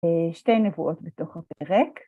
שתי נבואות בתוך הפרק.